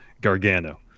Gargano